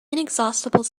inexhaustible